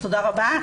תודה רבה.